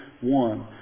one